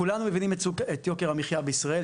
כולנו מבינים את יוקר המחיה בישראל,